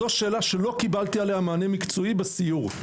זו שאלה שלא קיבלתי עליה מענה מקצועי בסיור.